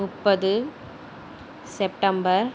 முப்பது செப்டம்பர்